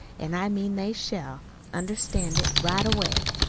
an' i mean they shall understand it right away.